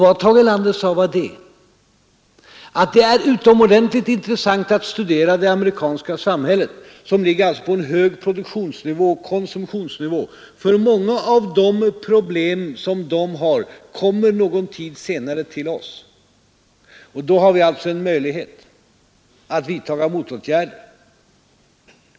Vad Tage Erlander sade var att det är utomordentligt intressant att studera det amerikanska samhället, som ligger på en hög produktionsoch konsumtionsnivå, för många av de problem som förekommer där kommer någon tid senare till oss. Då har vi en möjlighet att vidtaga motåtgärder.